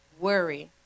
worry